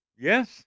Yes